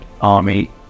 army